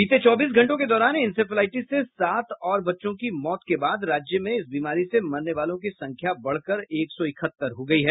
बीते चौबीस घंटों के दौरान इंसेफ्लाइटिस से सात और बच्चों की मौत के बाद राज्य में इस बीमारी से मरने वालों की संख्या बढ़कर एक सौ इकहत्तर हो गयी है